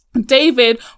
David